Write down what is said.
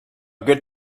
good